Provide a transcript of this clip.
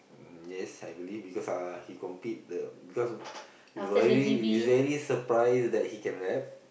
mm yes I believe because uh he complete the because he's very he's very surprised that he can rap